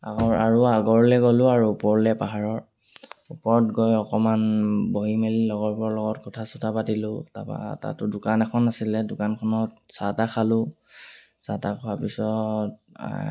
আগৰ আৰু আগলৈ গ'লোঁ আৰু ওপৰলৈ পাহাৰৰ ওপৰত গৈ অকণমান বহি মেলি লগৰবোৰৰ লগত কথা চথা পাতিলোঁ তাৰপৰা তাতো দোকান এখন আছিলে দোকানখনত চাহ তাহ খালোঁ চাহ তাহ খোৱাৰ পিছত